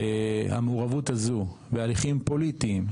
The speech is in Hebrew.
המעורבות הזו בהליכים פוליטיים,